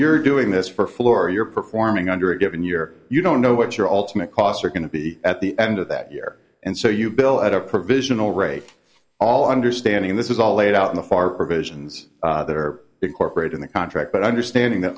you're doing this for floor you're performing under a given year you don't know what your ultimate costs are going to be at the end of that year and so you bill at a provisional rate all understanding this is all laid out in the far visions that are incorporated in the contract but understanding that